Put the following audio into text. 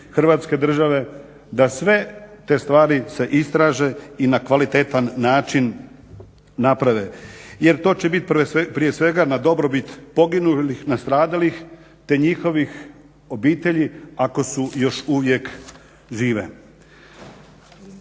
Hrvatske države da sve te stvari se istraže i na kvalitetan način naprave, jer to će biti prije svega na dobrobit poginulih, nastradalih te njihovih obitelji ako su još uvijek žive.